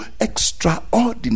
extraordinary